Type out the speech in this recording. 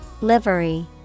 Livery